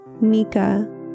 Mika